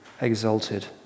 exalted